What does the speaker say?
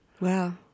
Wow